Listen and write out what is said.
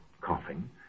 coughing